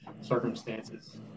circumstances